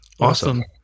Awesome